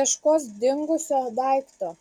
ieškos dingusio daikto